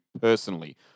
personally